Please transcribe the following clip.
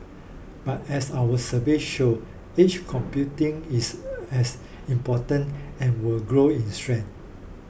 but as our survey show edge computing is as important and will grow in strength